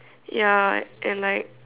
ya and like